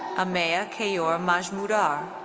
ameya keyur majmudar.